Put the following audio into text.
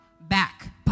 back